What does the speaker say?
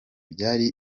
byari